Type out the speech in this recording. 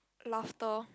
laughter